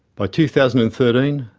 by two thousand and thirteen,